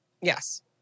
Yes